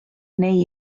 neu